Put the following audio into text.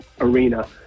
arena